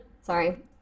sorry